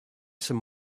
some